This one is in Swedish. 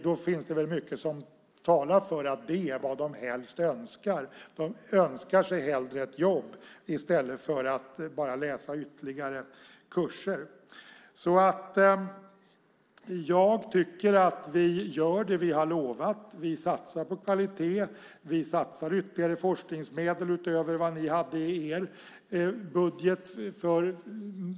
Då finns det väl mycket som talar för att det är vad de helst önskar. De önskar sig hellre ett jobb än att bara läsa ytterligare kurser. Jag tycker att vi gör det vi har lovat. Vi satsar på kvaliteten och satsar ytterligare forskningsmedel utöver vad ni hade i er budget.